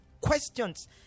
questions